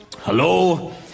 Hello